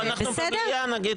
לא, אנחנו במליאה נגיד על מה להצביע.